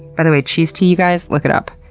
by the way, cheese tea you guys, look it up.